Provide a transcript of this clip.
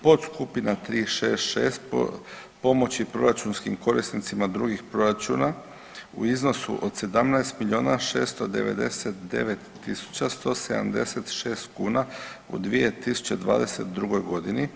Podskupina 366 pomoći proračunskim korisnicima drugih proračuna u iznosu od 17 milijuna 699 176 kuna u 2022. godini.